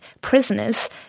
prisoners